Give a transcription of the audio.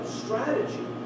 strategy